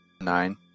Nine